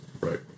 Right